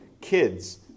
kids